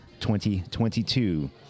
2022